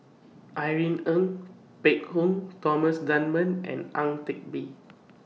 Irene Ng Phek Hoong Thomas Dunman and Ang Teck Bee